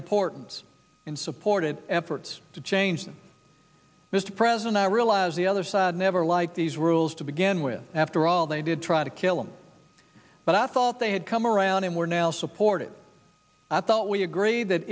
importance and supported efforts to change that mr president i realize the other side never liked these rules to begin with after all they did try to kill them but i thought they had come around and were now supported i thought we agreed that